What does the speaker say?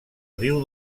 riu